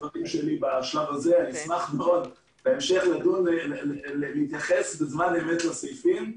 אשמח מאוד בהמשך להתייחס בזמן אמת לסעיפים.